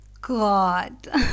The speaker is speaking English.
God